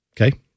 Okay